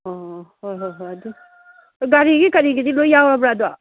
ꯑꯣ ꯍꯣꯏ ꯍꯣꯏ ꯍꯣꯏ ꯑꯗꯨ ꯒꯥꯔꯤꯒꯤ ꯀꯔꯤꯒꯤꯗꯤ ꯂꯣꯏ ꯌꯥꯎꯔꯕꯔ ꯑꯗꯣ